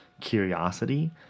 curiosity